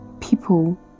people